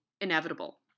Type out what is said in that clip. inevitable